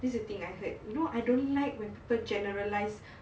this is the thing I heard you know I don't like when people generalise